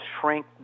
shrink